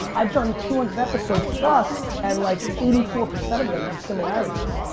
i've done two hundred episodes plus and like eighty four percent of them have similarities,